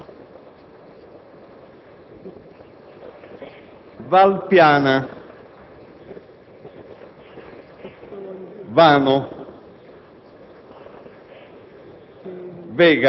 Turigliatto* *Valditara, Valentino,